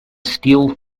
steal